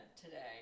today